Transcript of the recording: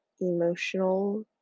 emotional